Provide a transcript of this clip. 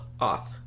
off